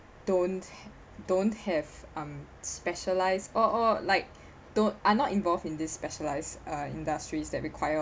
don't don't have um specialized or or like don't are not involved in these specialized uh industries that require